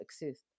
exist